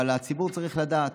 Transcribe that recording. אבל הציבור צריך לדעת.